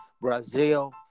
Brazil